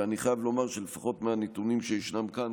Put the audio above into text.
ואני חייב לומר שלפחות מהנתונים שישנם כאן,